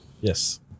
Yes